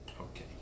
Okay